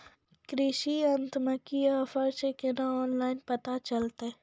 कृषि यंत्र मे की ऑफर छै केना ऑनलाइन पता चलतै?